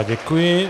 Děkuji.